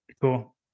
Cool